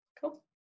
cool